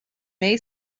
may